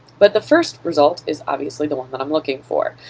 but the first result is obviously the one that i'm looking for.